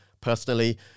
personally